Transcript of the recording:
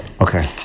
Okay